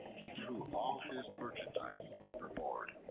he threw all his merchandise overboard,